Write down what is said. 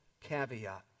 caveat